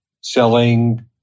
selling